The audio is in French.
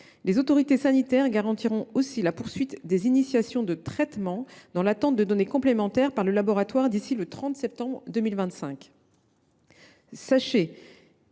les autorités sanitaires garantiront aussi la poursuite des initiations de traitement dans l’attente de données complémentaires communiquées par le laboratoire d’ici au 30 septembre 2025.